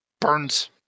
burns